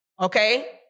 Okay